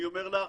אני אומר לך,